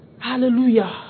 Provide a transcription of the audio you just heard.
Hallelujah